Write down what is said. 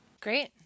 great